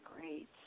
Great